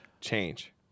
change